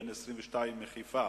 בן 22 מחיפה.